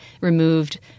removed